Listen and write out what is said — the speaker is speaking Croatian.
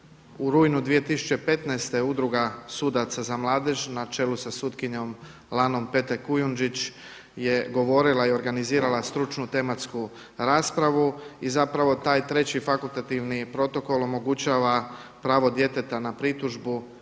u rujnu 2015. Udruga sudaca za mladež na čelu sa sutkinjom Lanom Pete Kujundžić je govorila i organizirala stručnu tematsku raspravu. I zapravo taj Treći fakultativni protokol omogućava pravo djeteta na pritužbu